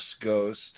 ghost